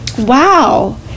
wow